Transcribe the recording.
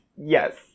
yes